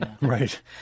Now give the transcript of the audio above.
right